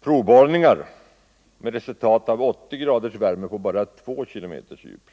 provborrningar som företagits har gett till resultat 80 graders värme på bara 2 kilometers djup.